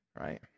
right